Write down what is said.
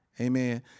Amen